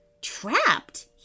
Trapped